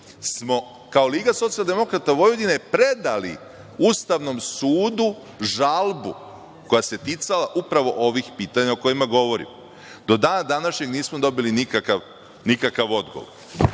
smo kao LSV predali Ustavnom sudu žalbu koja se ticala upravo ovih pitanja o kojima govorim. Do dana današnjeg nismo dobili nikakav odgovor,